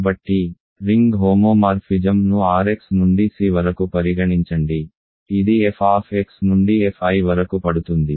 కాబట్టి రింగ్ హోమోమార్ఫిజమ్ను R x నుండి C వరకు పరిగణించండి ఇది f నుండి f i వరకు పడుతుంది